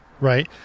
Right